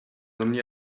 only